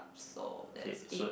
so that's it